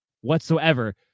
whatsoever